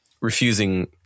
refusing